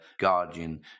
Guardian